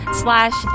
slash